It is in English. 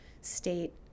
state